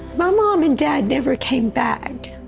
my mom and dad never came back,